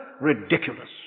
Ridiculous